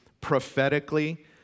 prophetically